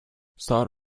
start